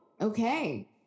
okay